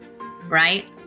right